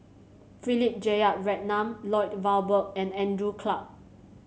Philip Jeyaretnam Lloyd Valberg and Andrew Clarke